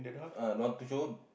ah don't want to show